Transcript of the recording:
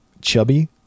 chubby